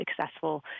successful